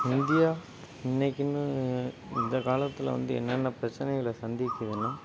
India இன்றைக்குன்னு இந்த காலத்தில் வந்து என்னென்ன பிரச்சனைகளை சந்திக்குதுன்னால்